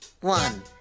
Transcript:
one